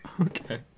Okay